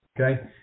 Okay